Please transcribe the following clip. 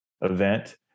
event